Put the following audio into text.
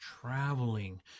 traveling